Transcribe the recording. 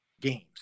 games